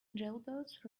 jailbirds